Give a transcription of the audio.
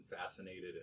fascinated